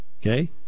okay